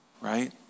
right